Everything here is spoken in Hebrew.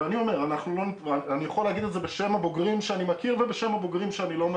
אני יכול להגיד את זה בשם הבוגרים שאני מכיר ובשם הבוגרים שאני לא מכיר,